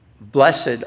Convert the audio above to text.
blessed